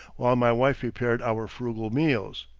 while my wife prepared our frugal meals.